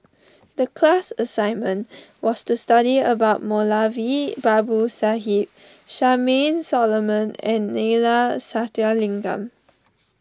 the class assignment was to study about Moulavi Babu Sahib Charmaine Solomon and Neila Sathyalingam